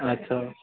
अच्छा